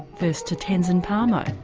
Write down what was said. first to tenzin palmo.